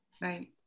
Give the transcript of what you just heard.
Right